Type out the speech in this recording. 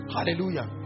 Hallelujah